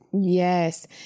Yes